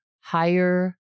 higher